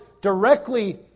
directly